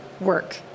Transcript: work